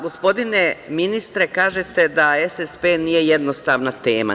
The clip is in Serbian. Gospodine ministre, kažete SSP nije jednostavna tema.